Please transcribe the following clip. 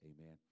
Amen